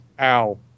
Ow